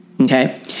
Okay